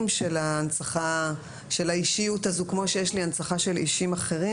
של ההנצחה של האישיות הזו כמו שיש לי הנצחה של אישים אחרים